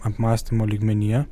apmąstymo lygmenyje